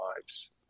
lives